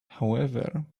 however